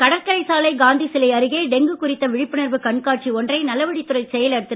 கடற்கரை சாலை காந்தி சிலை அருகே டெங்கு குறித்த விழிப்புணர்வு கண்காட்சி ஒன்றை நலவழித்துறை செயலர் திரு